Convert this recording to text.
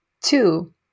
Two